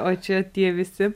o čia tie visi